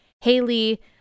Haley